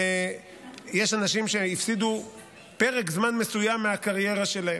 יש אנשים שהפסידו פרק זמן מסוים מהקריירה שלהם.